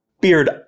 Beard